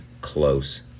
close